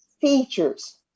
features